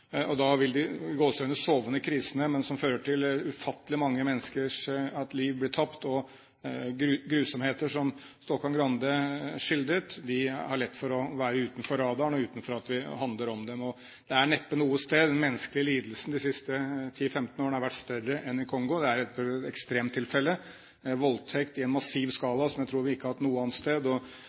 Da vil de «sovende krisene», som fører til at ufattelig mange menneskers liv blir tapt, og til grusomheter som Stokkan-Grande skildret, ha lett for å være utenfor radaren og uten at det handler om dem. Det er neppe noe sted de menneskelige lidelsene de siste ti–femten årene har vært større enn i Kongo. Det er et ekstremtilfelle med voldtekter i en massiv skala, som jeg tror vi ikke har hatt noe annet sted. På den ene siden ufattelige lidelser, og